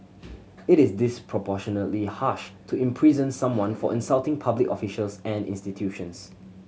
it is disproportionately harsh to imprison someone for insulting public officials and institutions